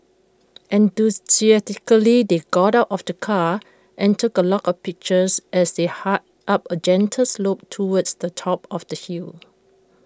enthusiastically they got out of the car and took A lot of pictures as they hiked up A gentle slope towards the top of the hill